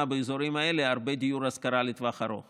באזורים האלה הרבה דיור השכרה לטווח ארוך